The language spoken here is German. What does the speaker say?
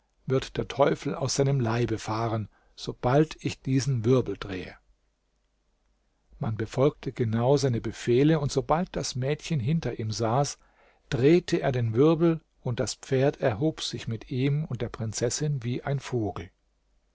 wird der teufel aus seinem leibe fahren sobald ich diesen wirbel drehe man befolgte genau seine befehle und sobald das mädchen hinter ihm saß drehte er den wirbel und das pferd erhob sich mit ihm und der prinzessin wie ein vogel